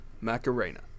Macarena